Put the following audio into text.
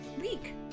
week